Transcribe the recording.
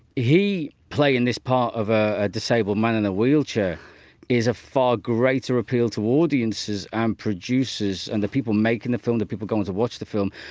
he playing this part of ah a disabled man in a wheelchair is a far greater appeal to audiences and producers and the people making the film, the people going to watch the film,